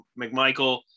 McMichael